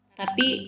tapi